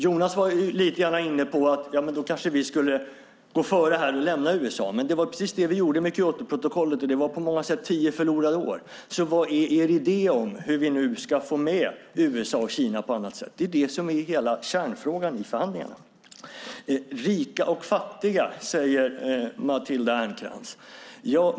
Jonas var inne lite grann på att vi kanske skulle gå före och lämna USA. Men det var precis det vi gjorde med Kyotoprotokollet, och det var på många sätt tio förlorade år. Vad är er idé om hur vi nu ska få med USA och Kina på annat sätt? Det är det som är hela kärnfrågan i förhandlingarna. Rika och fattiga, säger Matilda Ernkrans.